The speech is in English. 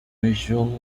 usually